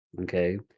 Okay